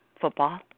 football